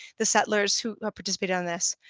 the settlers who participated in this.